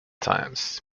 times